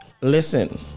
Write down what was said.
listen